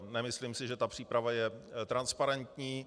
Nemyslím si, že ta příprava je transparentní.